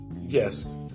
yes